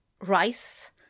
Rice